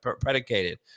predicated